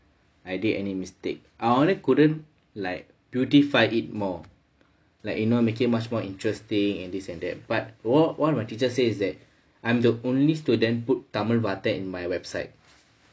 are there any mistake I only couldn't like beautify it more like you know make it much more interesting and this and that but one one of my teacher say is that I'm the only student put tamil வார்த்தை:vaarthai in my website